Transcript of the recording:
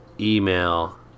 email